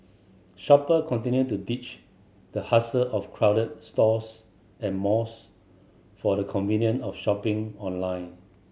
shopper continue to ditch the hassle of crowded stores and malls for the convenience of shopping online